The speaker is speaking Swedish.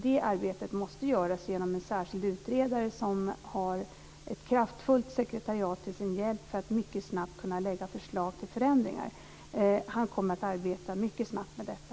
Det arbetet måste göras genom en särskild utredare som har ett kraftfullt sekretariat till sin hjälp för att mycket snabbt kunna lägga förslag till förändringar. Han kommer att arbeta mycket snabbt med detta.